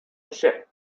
chip